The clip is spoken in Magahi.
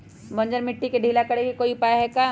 बंजर मिट्टी के ढीला करेके कोई उपाय है का?